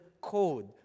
code